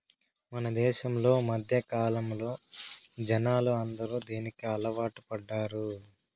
మన దేశంలో మధ్యకాలంలో జనాలు అందరూ దీనికి అలవాటు పడ్డారు